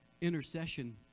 Intercession